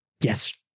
Yes